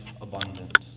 abundant